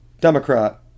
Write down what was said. Democrat